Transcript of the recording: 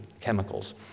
chemicals